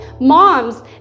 Moms